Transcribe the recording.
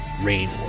Rain